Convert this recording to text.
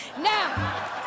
Now